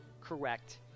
correct